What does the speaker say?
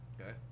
okay